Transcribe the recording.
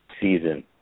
season